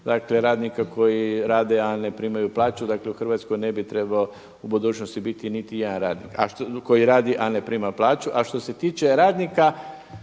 broju radnika koji rade, a ne primaju plaću dakle u Hrvatskoj ne bi trebao u budućnosti biti niti jedan radnik koji radi, a ne prima plaću. A što se tiče radnika,